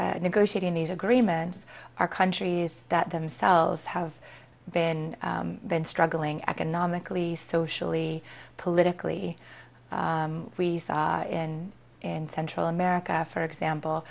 negotiating these agreements are countries that themselves have been struggling economically socially politically we saw in in central america for example